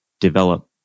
develop